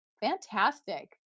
Fantastic